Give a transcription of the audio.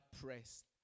pressed